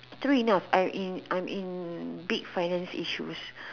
true enough I'm in I'm in big finance issues